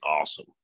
awesome